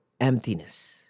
emptiness